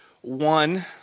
one